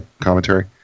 commentary